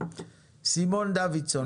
סימון דודיסון בבקשה.